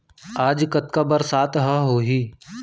आज कतका बरसात ह होही?